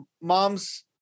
mom's